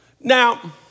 Now